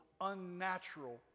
unnatural